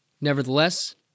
Nevertheless